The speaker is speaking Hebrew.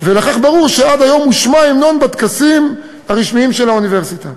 ולכן ברור שעד היום הושמע ההמנון בטקסים הרשמיים של האוניברסיטה.